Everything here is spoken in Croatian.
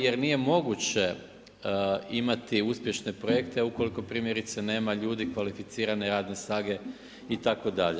Jer nije moguće imati uspješne projekte ukoliko primjerice nema ljudi kvalificirane radne snage itd.